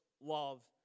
love